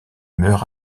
meurt